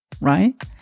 right